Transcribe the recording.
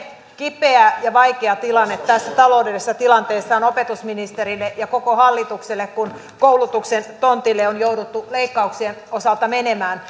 kipeä ja vaikea tilanne tässä taloudellisessa tilanteessa on opetusministerille ja koko hallitukselle kun koulutuksen tontille on jouduttu leikkauksien osalta menemään